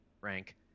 rank